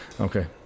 okay